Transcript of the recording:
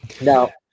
Now